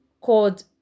called